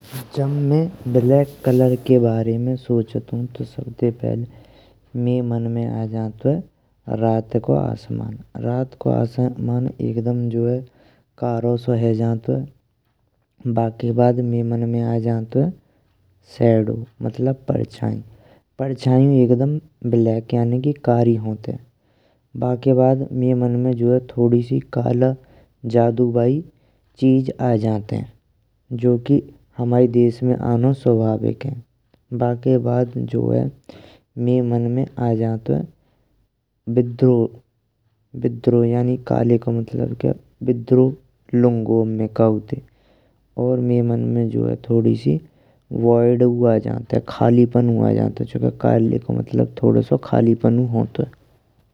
जब मैं black colour के बारे में सोचंतु तो सबसे पहेल मइये मन में आए जांतुए रात को आसमान। रात जो आसमान एकदम जो है कारो सो है जांतुए बाके बाद मइये मन में आए जांतुए। शैडो मतलब परछाइए परछाइयाँ एकदम ब्लैक यानी कारी होंताइए। बाके बाद मइये मान में थोड़ी सी काला जादू बाई चीज़ें आए जंतु जो कि ह्माय देश में आनु स्वाभाविक है। बाके बाद जो है मइये मन में आए जांतुए विद्रोह गानी काले को मतलब के अब में विद्रोह लुंगो काटे और मइये मन में थोड़ी सी वीडीयु आए जांतुए। खालीपनू आए जांतुए चूंके काले को मतलब थोडो सो खालीपानू होंतुए।